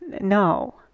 No